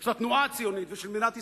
של התנועה הציונית ושל מדינת ישראל?